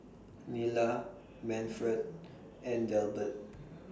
Nila Manford and Delbert